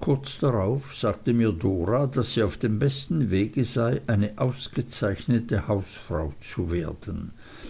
kurz darauf sagte mir dora daß sie auf dem besten wege sei eine ausgezeichnete hausfrau zu werden